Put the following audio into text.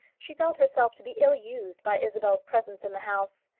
she felt herself to be ill-used by isabel's presence in the house.